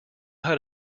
how